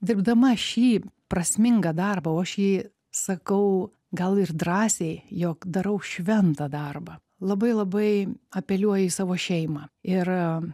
dirbdama šį prasmingą darbą o aš jį sakau gal ir drąsiai jog darau šventą darbą labai labai apeliuoju į savo šeimą ir